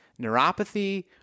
neuropathy